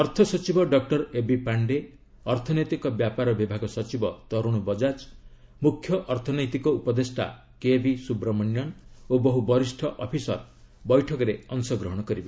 ଅର୍ଥ ସଚିବ doctor A B Pandey ଅର୍ଥନୈତିକ ବ୍ୟାପାର ବିଭାଗ ସଚିବ ତରୁଣ ବଜାକ୍ ମୁଖ୍ୟ ଅର୍ଥନୈତିକ ଉପଦେଷ୍ଟା କେଭି ସୁବ୍ରମଣ୍ୟନ୍ ଓ ବହୁ ବରିଷ୍ଠ ଅଫିସର ବୈଠକରେ ଅଂଶଗ୍ରହଣ କର୍ଛନ୍ତି